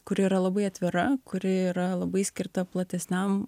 kuri yra labai atvira kuri yra labai skirta platesniam